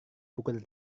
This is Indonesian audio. pukul